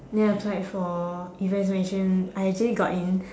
then applied for events management I actually got in